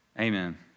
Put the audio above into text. Amen